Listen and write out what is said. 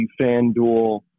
FanDuel